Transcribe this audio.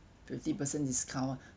thirty percent discount ah